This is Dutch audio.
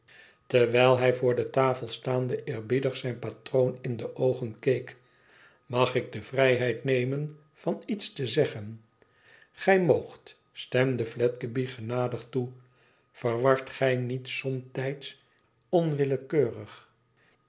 terwijl hij voor de tafel staande eerbiedig zijn patroon in de oogen keek mag ik de vrijheid nemen van iets te zeggen gij moogt stemde fledgeby genadig toe verwart gij niet somtijds onwillekeurig